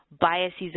biases